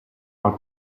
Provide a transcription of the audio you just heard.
are